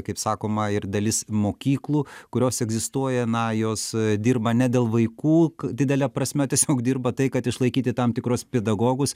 kaip sakoma ir dalis mokyklų kurios egzistuoja na jos dirba ne dėl vaikų didele prasme tiesiog dirba tai kad išlaikyti tam tikrus pedagogus